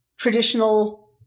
traditional